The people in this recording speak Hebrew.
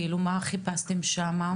מה חיפשתם שם?